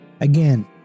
again